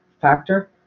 factor